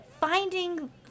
finding